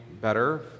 better